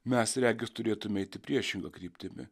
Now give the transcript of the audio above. mes regis turėtum eiti priešinga kryptimi